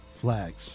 flags